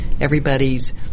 Everybody's